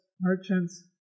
merchants